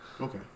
Okay